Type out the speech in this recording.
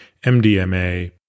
MDMA